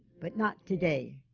but not today.